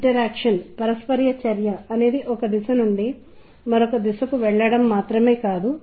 కాబట్టి ఈ ఎంపికలు మరియు ఏది అని ఊహించడం మెజారిటీ ప్రజలకు విజ్ఞప్తి చేయడం చాలా ముఖ్యమైన విషయం